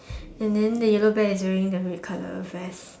and then the yellow bear is wearing the red color vest